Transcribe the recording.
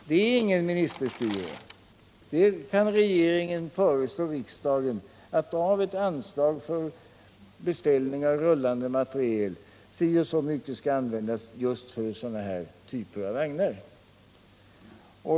Vi har inte något ministerstyre. Regeringen kan föreslå riksdagen att av ett anslag för beställningar av rullande materiel så och så mycket skall användas för just denna typ av vagnar.